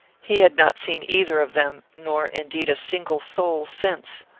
he had not seen either of them, nor, indeed, a single soul since.